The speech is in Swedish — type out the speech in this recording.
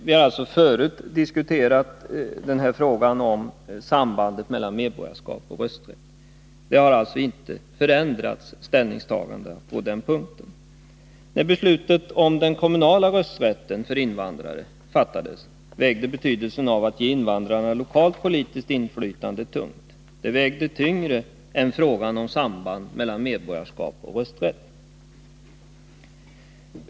Vi har alltså förut diskuterat frågan om sambandet mellan medborgarskap och rösträtt. Ställningstagandet på den punkten har inte förändrats. När beslutet om den kommunala rösträtten för invandrare fattades vägde betydelsen av att ge invandrarna lokalt politiskt inflytande tungt. Det vägde tyngre än frågan om samband mellan medborgarskap och rösträtt.